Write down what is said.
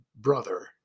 brother